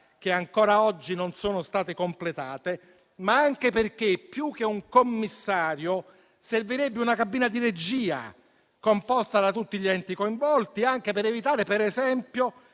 che ancora oggi non sono state completate, ma anche perché più che un commissario servirebbe una cabina di regia composta da tutti gli enti coinvolti per evitare, per esempio,